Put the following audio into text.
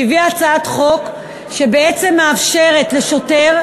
שהביאה הצעת חוק שבעצם מאפשרת לשוטר,